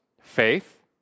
faith